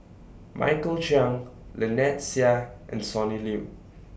Michael Chiang Lynnette Seah and Sonny Liew